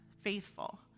faithful